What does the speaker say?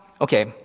okay